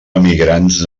emigrants